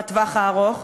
בטווח הארוך,